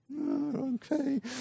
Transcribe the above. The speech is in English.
okay